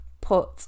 put